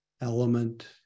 element